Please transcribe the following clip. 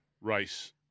race